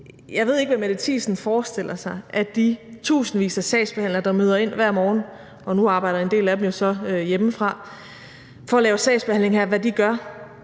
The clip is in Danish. Jeg ved ikke, hvad fru Mette Thiesen forestiller sig i forhold til de tusindvis af sagsbehandlere, der møder ind hver morgen, og nu arbejder en del af dem jo så hjemmefra, for at sagsbehandle. Hvad